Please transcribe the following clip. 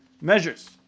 measures